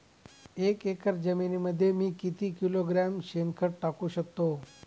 एक एकर जमिनीमध्ये मी किती किलोग्रॅम शेणखत टाकू शकतो?